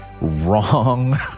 wrong